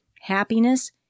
Happiness